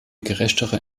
gerechtere